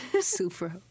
Super